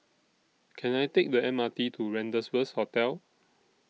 Can I Take The M R T to Rendezvous Hotel